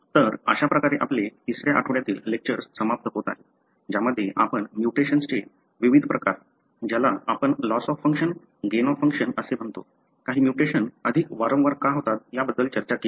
तर अशा प्रकारे आपले तिसऱ्या आठवड्यतील लेक्चर्स समाप्त होत आहे ज्यामध्ये आपण म्युटेशनचे विविध प्रकार ज्याला आपण loss of function gain of function असे म्हणतो काही म्युटेशन अधिक वारंवार का होतात याबद्दल चर्चा केली